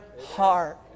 heart